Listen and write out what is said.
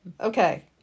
Okay